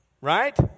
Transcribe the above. right